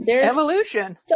Evolution